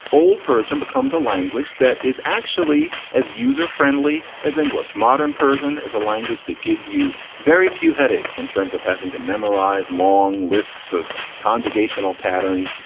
old persian becomes a language that is actually as user-friendly as english. modern persian is a language that gives you very few headaches in terms of having to memorize long lists of conjugation or patterns,